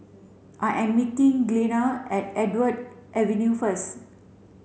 I am meeting Glenna at Andrew Avenue first